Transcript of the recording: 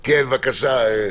בבקשה.